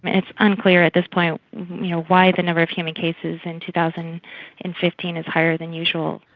it's unclear at this point you know why the number of human cases in two thousand and fifteen is higher than usual.